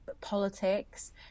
politics